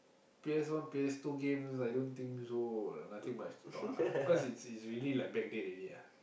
P_S one P_S two games I don't think so like nothing much to talk lah cause it's really like back date already ah